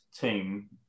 team